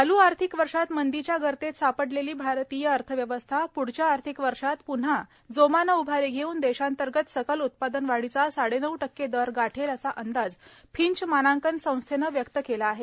चालू आर्थिक वर्षात मंदीच्या गर्तेत सापडलेली भारतीय अर्थव्यवस्था प्ढच्या आर्थिक वर्षात प्न्हा जोमाने उभारी धेऊन देशांतर्गत सकल उत्पादनवाढीचा साडेनऊ टक्के दर गाठेल असा अंदाज फिंच मानांकन संस्थेनं व्यक्त केला आहे